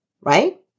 right